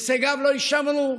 הישגיו לא יישמרו,